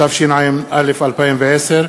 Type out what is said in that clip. התשע"א 2010,